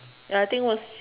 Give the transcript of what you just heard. ya I think was